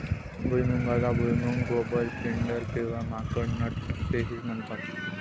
भुईमुगाला भुईमूग, गोबर, पिंडर किंवा माकड नट असेही म्हणतात